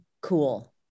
cool